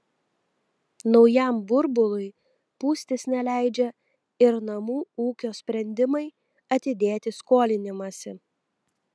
naujam burbului pūstis neleidžia ir namų ūkio sprendimai atidėti skolinimąsi